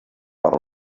per